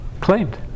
claimed